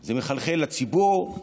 זה מחלחל לציבור,